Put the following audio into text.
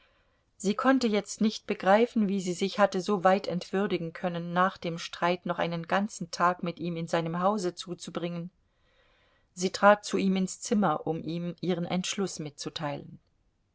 sie konnte jetzt nicht begreifen wie sie sich hatte so weit entwürdigen können nach dem streit noch einen ganzen tag mit ihm in seinem hause zuzubringen sie trat zu ihm ins zimmer um ihm ihren entschluß mitzuteilen